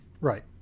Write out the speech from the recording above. right